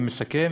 אני מסכם.